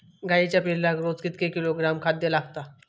गाईच्या पिल्लाक रोज कितके किलोग्रॅम खाद्य लागता?